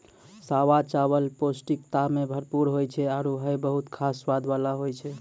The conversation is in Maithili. सावा चावल पौष्टिकता सें भरपूर होय छै आरु हय बहुत खास स्वाद वाला होय छै